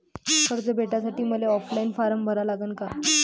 कर्ज भेटासाठी मले ऑफलाईन फारम भरा लागन का?